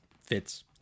fits